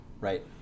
Right